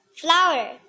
flower